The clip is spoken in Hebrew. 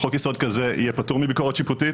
חוק-יסוד כזה יהיה פטור מביקורת שיפוטית.